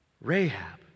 Rahab